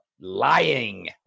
lying